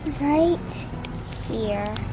right here.